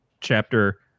chapter